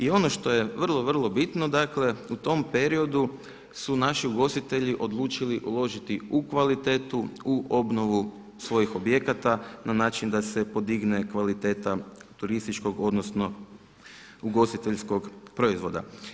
I ono što je vrlo, vrlo bitno dakle u tom periodu su naši ugostitelji odlučili uložiti u kvalitetu, u obnovu svojih objekata na način da se podigne kvaliteta turističkog odnosno ugostiteljskog proizvoda.